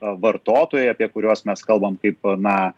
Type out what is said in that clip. vartotojai apie kuriuos mes kalbam kaip na